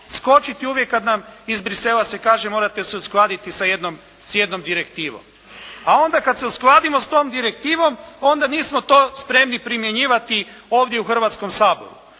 skočiti uvijek kad nam iz Bruxellesa se kaže, morate se uskladiti sa jednom direktivom. A onda kada se uskladimo s tom direktivom, onda nismo to spremni primjenjivati to ovdje u Hrvatskom saboru.